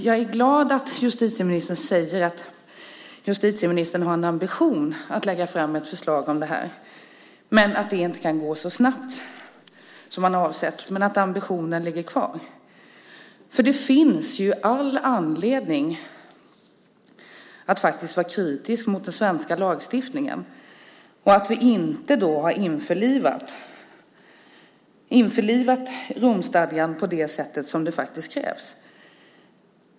Jag är glad att justitieministern säger att justitieministern har en ambition att lägga fram ett förslag om det här, att det inte kan gå så snabbt som man har avsett men att ambitionen ligger kvar. För det finns ju all anledning att vara kritisk mot den svenska lagstiftningen och att vi inte har införlivat Romstadgan på det sätt som faktiskt krävs.